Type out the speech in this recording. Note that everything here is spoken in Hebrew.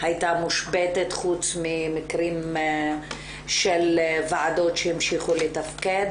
הייתה מושבתת חוץ ממקרים של ועדות שהמשיכו לתפקד